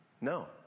no